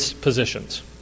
positions